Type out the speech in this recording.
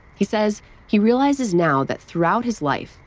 he says he realizes now that throughout his life,